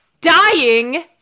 Dying